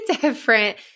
different